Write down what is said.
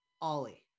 Ollie